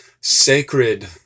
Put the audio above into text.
sacred